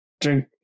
Drink